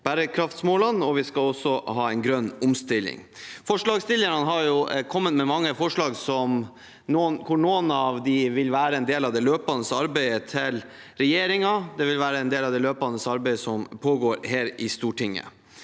og ha en grønn omstilling. Forslagsstillerne har kommet med mange forslag, hvor noen av dem vil være en del av det løpende arbeidet til regjeringen, og det vil være en del av det løpende arbeidet som pågår her i Stortinget.